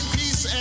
peace